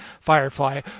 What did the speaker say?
Firefly